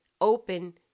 open